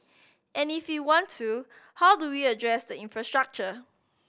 and if we want to how do we address the infrastructure